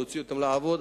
הוציא אותם לעבוד,